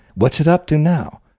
what's it up to now?